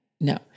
no